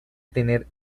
tener